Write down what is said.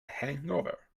hangover